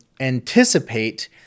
anticipate